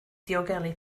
diogelu